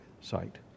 site